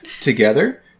together